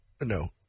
no